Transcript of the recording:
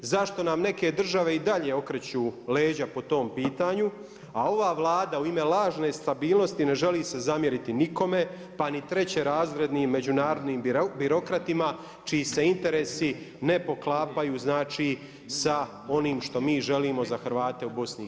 Zašto nam neke države i dalje okreću leđa po tom pitanju, a ova Vlada u ime lažne stabilnosti ne želi se zamjeriti nikome, pa ni trećerazrednim međunarodnim birokratima čiji se interesi ne poklapaju, znači sa onim što mi želimo za Hrvate u BiH-u.